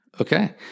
Okay